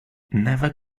never